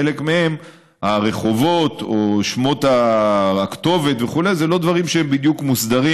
בחלק מהם הרחובות או הכתובת וכו' הם לא דברים שהם בדיוק מוסדרים,